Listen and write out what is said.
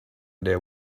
there